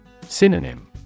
Synonym